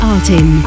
Artin